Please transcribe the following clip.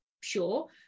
sure